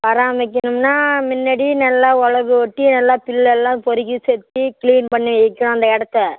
பராமரிக்கிணும்னா மின்னாடி நல்லா ஒளவு ஓட்டி எல்லாம் புல் எல்லாம் பொறுக்கி செத்தி கிளீன் பண்ணி வைக்கும் அந்த இடத்த